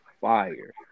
fire